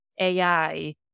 AI